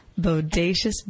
bodacious